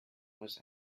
was